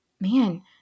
man